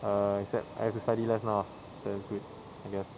err except I have to study less now so that's good I guess